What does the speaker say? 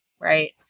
Right